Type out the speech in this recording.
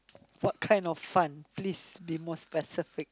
what kind of fun please be more specific